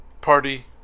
party